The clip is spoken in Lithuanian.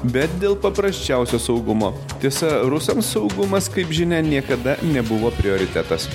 bet dėl paprasčiausio saugumo tiesa rusams saugumas kaip žinia niekada nebuvo prioritetas